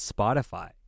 Spotify